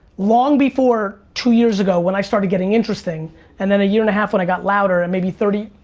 long before two years ago when i started getting interesting and then a year and a half when i got louder and maybe thirty,